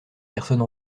personne